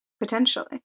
Potentially